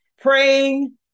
Praying